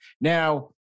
now